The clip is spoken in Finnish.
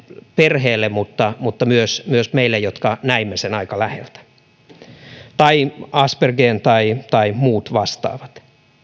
perheelle mutta mutta myös myös meille jotka näimme sen aika läheltä samoin asperger lasten tai muiden vastaavien kohdalla